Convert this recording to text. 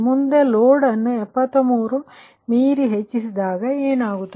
ಮುಂದೆ ಲೋಡ್ ಅನ್ನು73 ಮೀರಿ ಹೆಚ್ಚಿಸಿದಾಗ ಏನಾಗುತ್ತದೆ